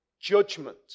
judgment